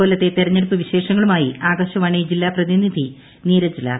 കൊല്ലത്തെ തെരഞ്ഞെടുപ്പ് വിശേഷങ്ങളുമായി ആകാശവാണി ജില്ലാ പ്രതിനിധി നീരജ് ലാൽ